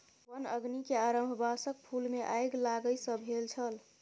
वन अग्नि के आरम्भ बांसक फूल मे आइग लागय सॅ भेल छल